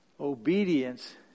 obedience